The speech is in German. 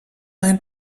ein